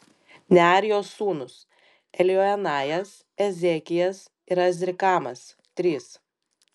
nearijos sūnūs eljoenajas ezekijas ir azrikamas trys